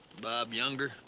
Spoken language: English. bob younger,